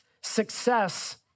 success